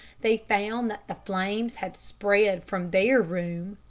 they found that the flames had spread from their room,